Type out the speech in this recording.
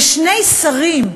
ושני שרים,